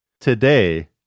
Today